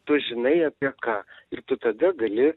tu žinai apie ką ir tu tada gali